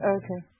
okay